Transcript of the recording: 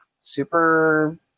super